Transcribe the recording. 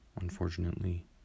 unfortunately